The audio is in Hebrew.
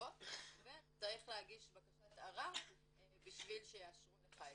ואתה צריך להגיש בקשת ערר בשביל שיאשרו לך את זה.